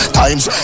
times